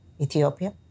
Ethiopia